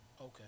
Okay